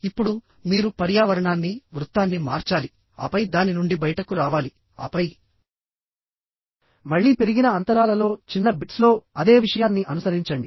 ఇప్పుడు మీరు పర్యావరణాన్ని వృత్తాన్ని మార్చాలి ఆపై దాని నుండి బయటకు రావాలి ఆపై మళ్ళీ పెరిగిన అంతరాలలో చిన్న బిట్స్ లో అదే విషయాన్ని అనుసరించండి